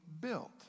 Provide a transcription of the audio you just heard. built